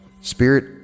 Spirit